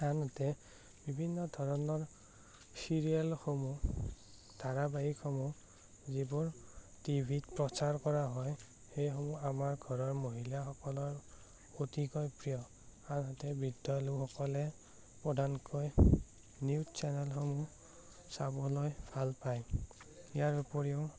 আনহাতে বিভিন্ন ধৰণৰ চিৰিয়েলসমূহ ধাৰাবাহীকসমূহ যিবোৰ টিভি ত প্ৰচাৰ কৰা হয় সেইসমূহ আমাৰ ঘৰৰ মহিলাসকলৰ অতিকৈ প্ৰিয় আনহাতে বৃদ্ধ লোকসকলে প্ৰধানকৈ নিউজ চেনেলসমূহ চাবলৈ ভাল পায় ইয়াৰ উপৰিও